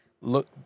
look